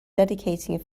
dedicating